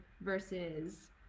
versus